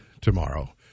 tomorrow